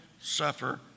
suffer